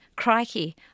Crikey